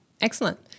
Excellent